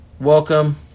Welcome